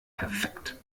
perfekt